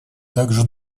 также